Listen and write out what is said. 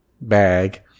bag